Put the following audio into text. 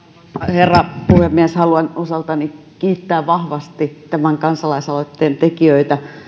herra puhemies haluan osaltani kiittää vahvasti tämän kansalaisaloitteen tekijöitä